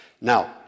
Now